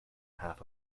half